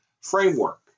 framework